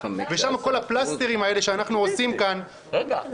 ושם כל הפלסטרים האלה שאנחנו עושים כאן --- רגע,